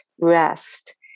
rest